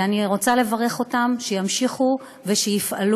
ואני רוצה לברך אותם שימשיכו ושיפעלו,